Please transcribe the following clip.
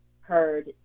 heard